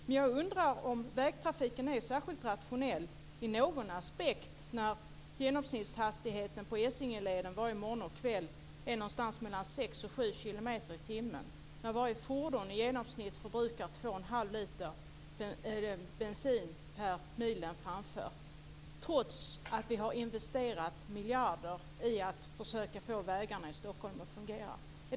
Men jag undrar om vägtrafiken är särskilt rationell i någon aspekt när genomsnittshastigheten på Essingeleden varje morgon och kväll är 6-7 kilometer i timmen och varje fordon i genomsnitt förbrukar 21⁄2 liter bensin per mil, trots att vi har investerat miljarder för att försöka få vägarna i Stockholm att fungera.